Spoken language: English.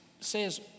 says